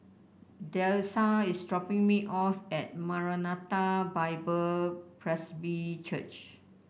Dessa is dropping me off at Maranatha Bible Presby Church